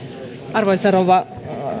arvoisa rouva